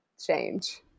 change